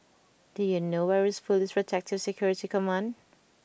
do you know where is Police Protective Security Command